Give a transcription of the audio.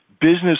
business